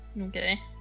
Okay